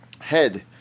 head